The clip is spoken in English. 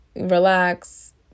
relax